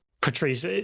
Patrice